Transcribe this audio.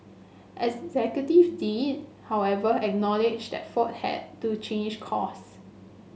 executive did however acknowledge that Ford has to change course